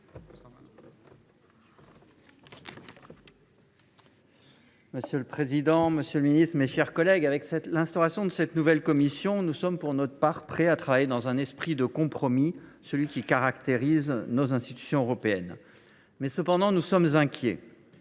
Monsieur le président, monsieur le ministre, mes chers collègues, au moment de l’installation de cette nouvelle Commission, nous sommes, pour notre part, prêts à travailler dans un esprit de compromis, celui qui caractérise nos institutions européennes. Cependant, nous sommes inquiets.